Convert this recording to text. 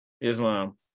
Islam